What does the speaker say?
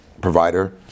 provider